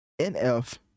nf